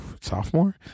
sophomore